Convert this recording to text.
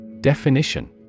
Definition